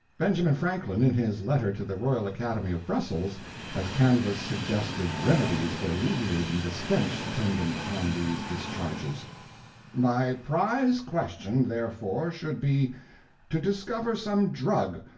benjamin franklin, in his letter to the royal academy of brussels has canvassed suggested remedies for alleviating the stench attendant upon these discharges my prize question therefore should be to discover some drug,